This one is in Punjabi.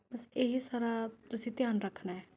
ਬਸ ਇਹੀ ਸਾਰਾ ਤੁਸੀਂ ਧਿਆਨ ਰੱਖਣਾ ਹੈ